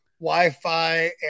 Wi-Fi